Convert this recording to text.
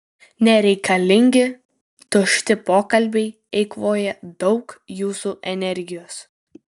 nereikalingi tušti pokalbiai eikvoja daug jūsų energijos